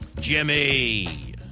Jimmy